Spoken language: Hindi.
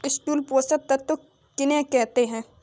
स्थूल पोषक तत्व किन्हें कहते हैं?